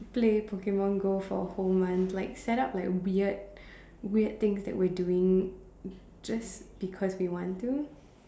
play Pokemon Go for a whole month like set up like weird weird things that we're doing just because we want to